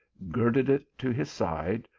girded it to his side,